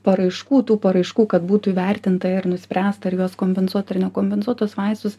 paraiškų tų paraiškų kad būtų įvertinta ir nuspręsta ar juos kompensuot ar nekompensuot tuos vaistus